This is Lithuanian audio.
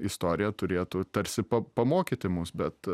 istorija turėtų tarsi pa pamokyti mus bet